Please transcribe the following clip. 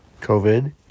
COVID